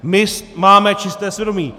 My máme čisté svědomí.